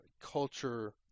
culture